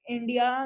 India